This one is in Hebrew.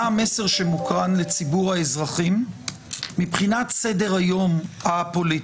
המסר שמוקרן לציבור האזרחים מבחינת סדר היום הפוליטי.